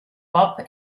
pop